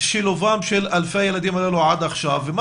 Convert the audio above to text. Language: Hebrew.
שילובם של אלפי הילדים הללו עד עכשיו ומה